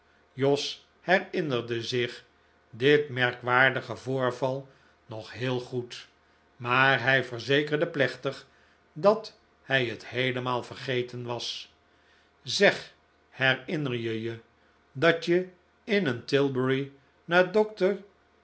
jos herinnerde zich dit merkwaardige voorval nog heel goed maar hij verzekerde plechtig dat hij het heelemaal vergeten was zeg herinner je je dat je in een tilbury naar